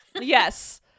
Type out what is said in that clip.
Yes